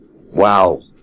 Wow